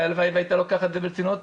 הלוואי והייתה לוקחת את זה ברצינות.